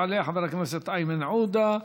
יעלה חבר הכנסת איימן עודה,